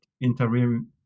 interim